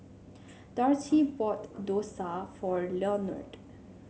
Darci bought dosa for Lenord